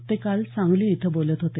ते काल सांगली इथं बोलत होते